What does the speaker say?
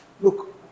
look